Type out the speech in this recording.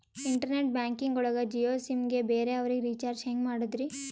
Internet banking ಒಳಗ Jio SIM ಗೆ ಬೇರೆ ಅವರಿಗೆ ರೀಚಾರ್ಜ್ ಹೆಂಗ್ ಮಾಡಿದ್ರಿ?